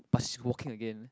but she's walking again